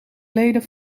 leden